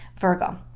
virgo